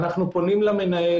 אנו נכנסים למנהל,